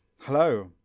Hello